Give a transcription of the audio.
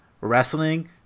wrestling